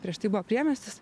prieš tai buvo priemiestis